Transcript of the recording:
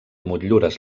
motllures